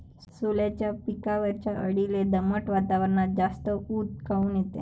सोल्याच्या पिकावरच्या अळीले दमट वातावरनात जास्त ऊत काऊन येते?